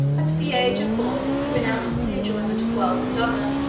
at the age of forty, he renounced the enjoyment of wealth and honor,